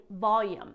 volume